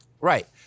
Right